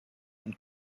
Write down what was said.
und